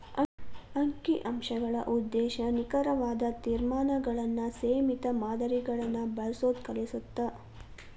ಅಂಕಿ ಅಂಶಗಳ ಉದ್ದೇಶ ನಿಖರವಾದ ತೇರ್ಮಾನಗಳನ್ನ ಸೇಮಿತ ಮಾದರಿಗಳನ್ನ ಬಳಸೋದ್ ಕಲಿಸತ್ತ